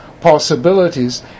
possibilities